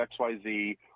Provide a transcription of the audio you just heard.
XYZ